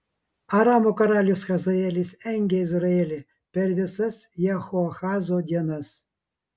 aramo karalius hazaelis engė izraelį per visas jehoahazo dienas